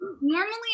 Normally